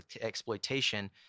exploitation